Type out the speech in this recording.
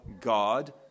God